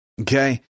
Okay